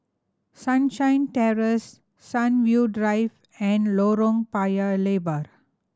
Sunshine Terrace Sunview Drive and Lorong Paya Lebar